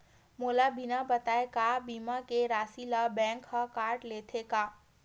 मोला बिना बताय का बीमा के राशि ला बैंक हा कत लेते का?